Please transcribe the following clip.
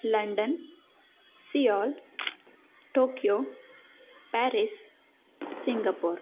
London Seoul Tokyo Paris Singapore